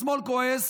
השמאל כועס